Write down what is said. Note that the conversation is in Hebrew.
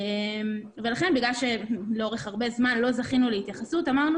מכיוון שלאורך זמן רב לא זכינו להתייחסות אמרנו